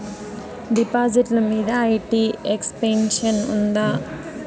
డిపాజిట్లు మీద IT exemption ఉందా?